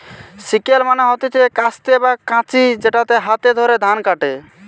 sickle মানে হতিছে কাস্তে বা কাঁচি যেটাতে হাতে করে ধান কাটে